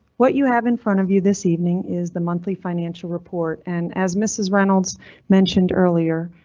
what you have in front of you this evening is the monthly financial report and as mrs. reynolds mentioned earlier,